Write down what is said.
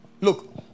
Look